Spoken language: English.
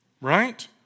Right